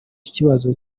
kibazo